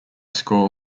school